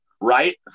Right